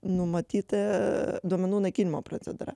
numatyta duomenų naikinimo procedūra